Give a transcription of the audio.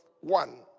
one